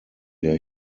der